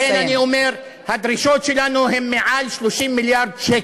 ולכן אני אומר: הדרישות שלנו הן מעל 30 מיליארד שקל,